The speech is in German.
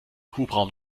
hubraum